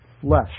flesh